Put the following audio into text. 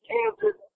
Kansas